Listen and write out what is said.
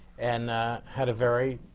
and had a very,